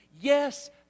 yes